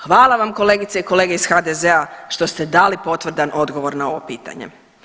Hvala vam kolegice i kolege iz HDZ-a što ste dali potvrdan odgovor na ovo pitanje.